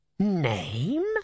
name